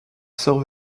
sœur